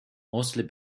mostly